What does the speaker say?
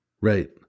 Right